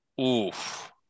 Oof